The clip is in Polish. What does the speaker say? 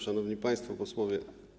Szanowni Państwo Posłowie!